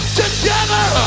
together